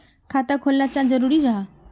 खाता खोलना चाँ जरुरी जाहा?